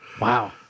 Wow